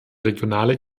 regionale